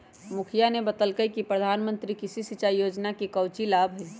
मुखिवा ने बतल कई कि प्रधानमंत्री कृषि सिंचाई योजना के काउची लाभ हई?